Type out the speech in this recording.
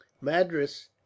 Madras